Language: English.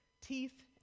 Teeth